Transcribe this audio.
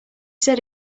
said